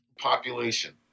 population